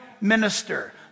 minister